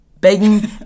begging